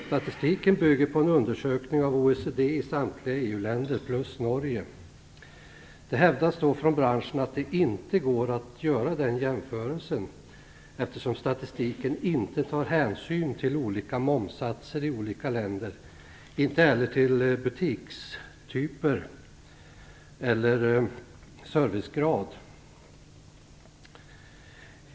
Statistiken bygger på en undersökning av OECD i samtliga EU-länder samt Norge. Det hävdas från branschen att det inte går att göra den jämförelsen, eftersom statistiken inte tar hänsyn till olika momssatser i olika länder och inte heller till butikstyper eller servicegrad.